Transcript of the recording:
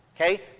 Okay